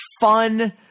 fun